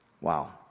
Wow